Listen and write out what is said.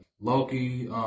Loki